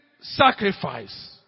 sacrifice